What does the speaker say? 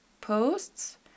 posts